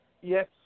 Yes